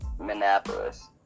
Minneapolis